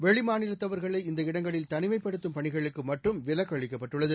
வெளிமாநிலத்தவர்களை இந்த இடங்களில் தனிமைப்படுத்தும் பணிகளுக்கு மட்டும் விலக்களிக்கப்பட்டுள்ளது